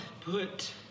put